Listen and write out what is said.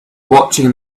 watching